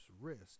wrist